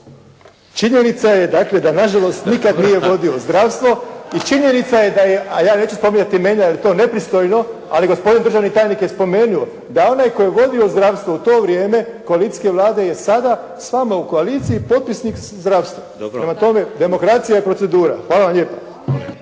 Činjenica je dakle da nažalost nikad nije vodio zdravstvo i činjenica je da je, a ja neću spominjat imena jer je to nepristojno, ali gospodin državni tajnik je spomenuo da onaj tko je vodio zdravstvo u to vrijeme koalicijske vlade je sada s vama u koaliciji potpisnik zdravstva. Prema tome, demokracija je procedura. Hvala lijepa.